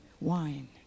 wine